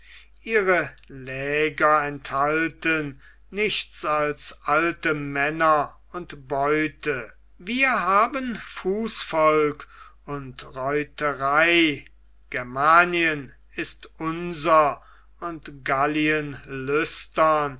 ihre läger enthalten nichts als alte männer und beute wir haben fußvolk und reiterei germanien ist unser und gallien lüstern